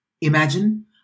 Imagine